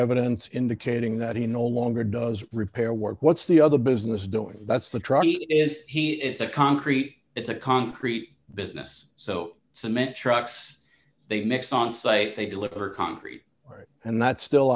evidence indicating that he no longer does repair work what's the other business doing that's the truck is he it's a concrete it's a concrete business so cement trucks they mix onsite they deliver concrete right and that's still